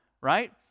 right